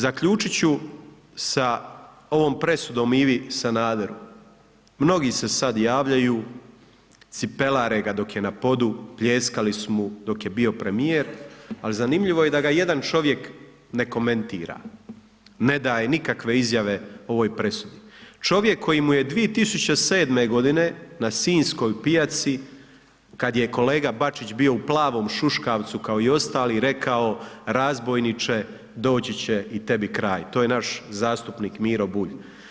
Zaključiti ću sa ovom presudom Ivi Sanaderu, mnogi se sada javljaju, cipelare ga dok je na podu, pljeskali su mu dok je bio premjer, ali zanimljivo je da ga jedan čovjek ne komentira, ne daje nikakve izjave o ovoj presudi, čovjek koji mu je 2007. g. na sinjskoj pijaci, kada je kolega Bačić bio u plavom šuškavcu kao i ostali, rekao, razbojniče, doći će i tebi kraj, to je naš zastupnik Miro Bulj.